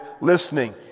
listening